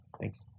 Thanks